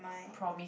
promise